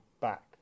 back